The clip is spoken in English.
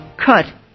cut